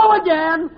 again